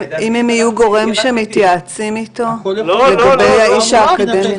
אם הם יהיו גורם שמתייעצים אתו לגבי האיש האקדמי?